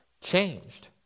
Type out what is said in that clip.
changed